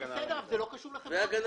הכול בסדר, אבל זה לא קשור לחברות הגבייה.